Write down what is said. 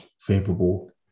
favorable